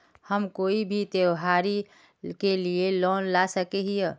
हम कोई भी त्योहारी के लिए लोन ला सके हिये?